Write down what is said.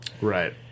right